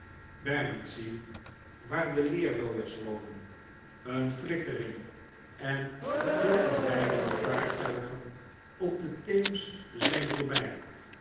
waar de leerlooiers wonen een flikkering en de verwnderde vaartuigen op den theems zp voorbij